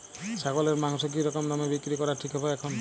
ছাগলের মাংস কী রকম দামে বিক্রি করা ঠিক হবে এখন?